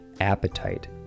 appetite